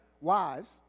wives